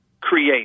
create